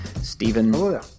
Stephen